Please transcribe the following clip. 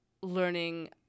learning